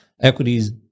equities